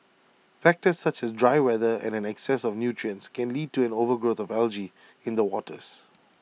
factors such as dry weather and an excess of nutrients can lead to an overgrowth of algae in the waters